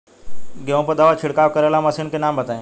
गेहूँ पर दवा छिड़काव करेवाला मशीनों के नाम बताई?